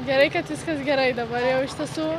gerai kad viskas gerai dabar jau iš tiesų